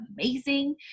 amazing